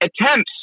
attempts